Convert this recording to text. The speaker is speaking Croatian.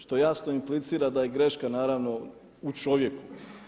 Što jasno implicira da je greška naravno u čovjeku.